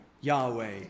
Yahweh